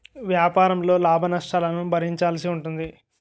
వ్యాపారంలో లాభనష్టాలను భరించాల్సి ఉంటుంది